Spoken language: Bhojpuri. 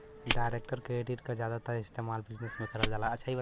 डाइरेक्ट क्रेडिट क जादातर इस्तेमाल बिजनेस में करल जाला